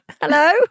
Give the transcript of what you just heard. hello